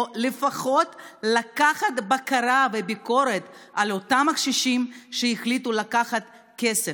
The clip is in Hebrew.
או לפחות לקיים בקרה וביקורת על אותם קשישים שהחליטו לקחת כסף.